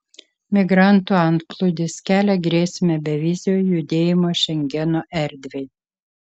migrantų antplūdis kelia grėsmę bevizio judėjimo šengeno erdvei